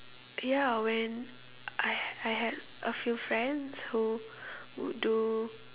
ya when I I had a few friends who would do